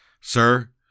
sir